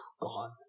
gone